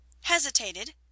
hesitated